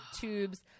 tubes